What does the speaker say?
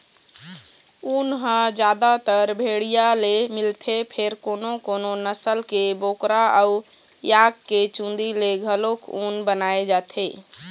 ऊन ह जादातर भेड़िया ले मिलथे फेर कोनो कोनो नसल के बोकरा अउ याक के चूंदी ले घलोक ऊन बनाए जाथे